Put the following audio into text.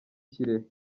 kirehe